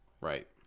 Right